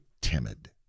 timid